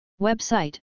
Website